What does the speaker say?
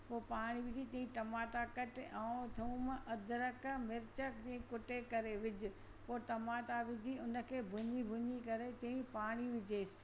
पोइ पाणी विझी चयो टमाटा कट ऐं थूम अदरक मिर्च जिए कुटे करे विझ पोइ टमाटा विझी उनखे भुञी भुञी करे चयो पाणी विझेसि